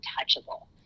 untouchable